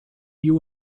you